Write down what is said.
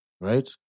Right